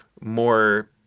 more